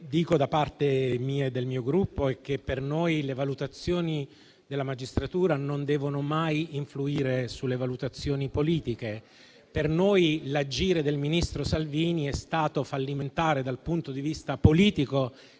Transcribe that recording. dico da parte mia e del mio Gruppo è che per noi le valutazioni della magistratura non devono mai influire sulle valutazioni politiche, per noi l'agire del ministro Salvini è stato fallimentare dal punto di vista politico,